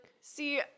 see